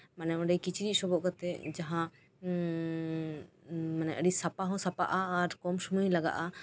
ᱢᱟᱱᱮ ᱠᱤᱪᱨᱤᱡ ᱥᱚᱵᱚᱜ ᱠᱟᱛᱮᱜ ᱡᱟᱦᱟᱸ ᱟᱹᱰᱤ ᱥᱟᱯᱷᱟ ᱦᱚᱸ ᱥᱟᱯᱷᱟᱜᱼᱟ ᱟᱨ ᱟᱹᱰᱤ ᱠᱚᱢ ᱥᱚᱢᱚᱭ ᱞᱟᱜᱟᱜᱼᱟ